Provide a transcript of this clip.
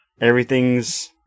everything's